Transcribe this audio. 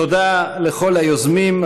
תודה לכל היוזמים,